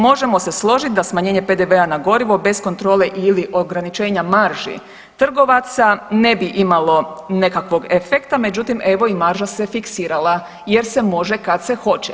Možemo se složiti da smanjenje PDV-a na gorivo bez kontrole ili ograničenja marži trgovaca ne bi imalo nekakvog efekta, međutim evo i marža se fiksirala jer se može kad se hoće.